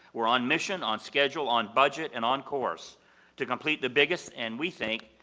we're on mission, on schedule, on budget and on course to complete the biggest and, we think,